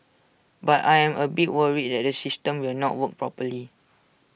but I am A bit worried that the system will not work properly